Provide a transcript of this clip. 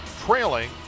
trailing